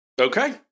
okay